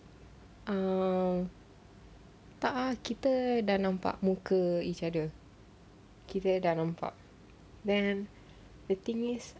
err tak ah kita dah nampak muka each other kita dah nampak then the thing is